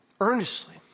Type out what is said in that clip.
earnestly